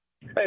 Hey